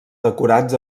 decorats